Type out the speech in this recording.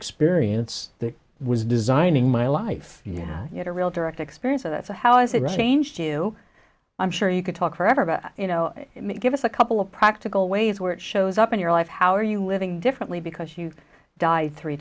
experience that was designing my life yeah you know real direct experience of that so how is it ranged you i'm sure you could talk forever about you know give us a couple of practical ways where it shows up in your life how are you living differently because you died three